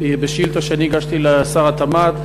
בשאילתה שאני הגשתי לשר התמ"ת,